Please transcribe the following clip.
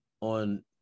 on